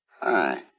Hi